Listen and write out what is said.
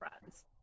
friends